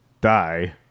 die